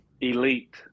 Elite